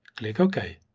click okay.